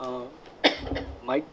oh my